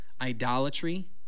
idolatry